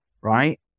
right